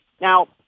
Now